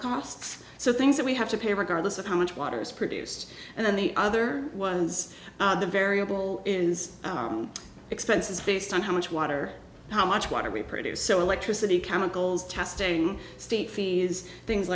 costs so things that we have to pay regardless of how much water is produced and then the other ones the variable is expenses based on how much water how much water we produce electricity chemicals testing state fees things